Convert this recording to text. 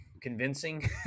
convincing